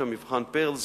מבחן "פירלס",